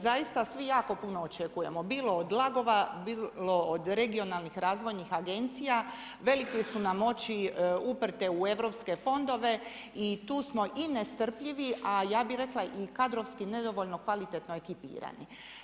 Zaista svi jako puno očekujemo, bilo od LAG-ova bilo od regionalnih razvojnih agencija, velike su nam oči uprte u europske fondove i tu smo i nestrpljivi a ja bi rekla i kadrovski nedovoljno kvalitetno ekipirani.